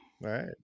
right